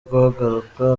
guhaguruka